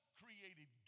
created